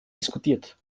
diskutiert